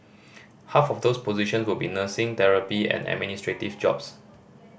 half of those position will be nursing therapy and administrative jobs